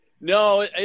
No